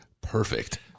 perfect